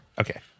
Okay